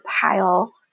pile